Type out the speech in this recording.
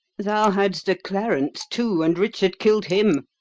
thou hadst a clarence too, and richard kill'd him.